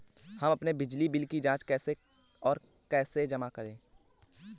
हम अपने बिजली बिल की जाँच कैसे और इसे कैसे जमा करें?